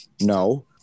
No